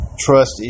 trust